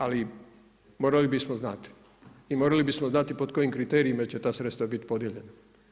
Ali morali bismo znati i morali bismo znati pod kojim kriterijima će ta sredstva biti podijeljena.